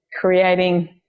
creating